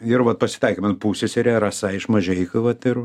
ir vat pasitaikė mano pusseserė rasa iš mažeikių vat ir